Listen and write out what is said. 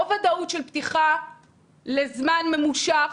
או ודאות של פתיחה לזמן ממושך,